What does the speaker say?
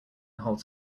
holds